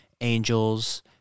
angels